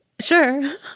sure